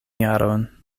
jaron